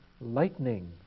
lightning